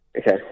Okay